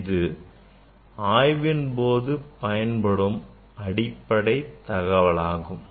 இது ஆய்வின் போது பயன்படும் அடிப்படை தகவலாகும்